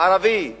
ערבי בנגב,